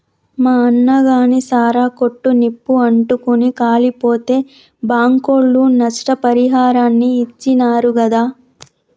మా అన్నగాని సారా కొట్టు నిప్పు అంటుకుని కాలిపోతే బాంకోళ్లు నష్టపరిహారాన్ని ఇచ్చినారు గాదా